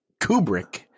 Kubrick